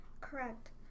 Correct